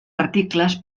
articles